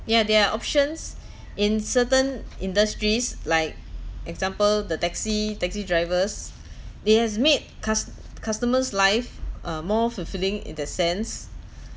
ya there are options in certain industries like example the taxi taxi drivers that has made cus~ customers life uh more fulfilling in that sense